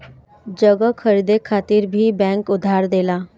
जगह खरीदे खातिर भी बैंक उधार देला